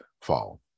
fall